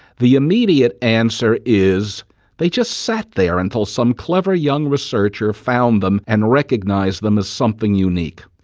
the immediate answer is they just sat there until some clever young researcher found them and recognised them as something unique.